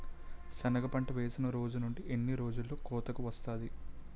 సెనగ పంట వేసిన రోజు నుండి ఎన్ని రోజుల్లో కోతకు వస్తాది?